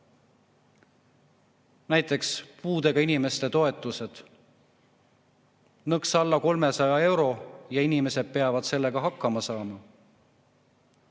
Näiteks puudega inimeste toetused on nõks alla 300 euro ja inimesed peavad sellega hakkama saama.